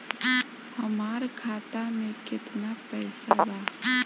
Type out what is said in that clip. हमार खाता मे केतना पैसा बा?